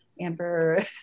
Amber